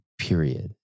Period